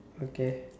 okay